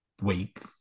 week